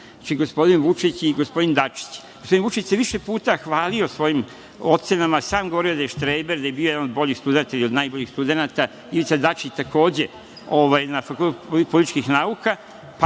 Gospodin Vučić se više puta hvalio svojim ocenama, sam govorio da je štreber, da je bio jedan od boljih studenata, najboljih studenata, Ivica Dačić, takođe na Fakultetu političkih nauka.